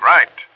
Right